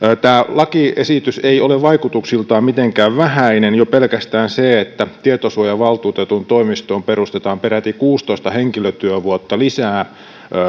lakiesitys ei ole vaikutuksiltaan mitenkään vähäinen jo pelkästään se että tietosuojavaltuutetun toimistoon perustetaan peräti kuusitoista henkilötyövuotta lisää